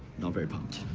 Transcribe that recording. not very pumped.